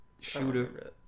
Shooter